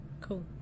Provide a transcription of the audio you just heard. cool